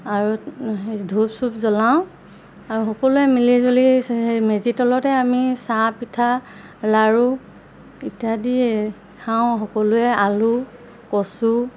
আৰু সেই ধূপ চূপ জ্বলাওঁ আৰু সকলোৱে মিলি জুলি সেই মেজি তলতে আমি চাহপিঠা লাড়ু ইত্যাদি খাওঁ সকলোৱে আলু কচু